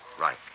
right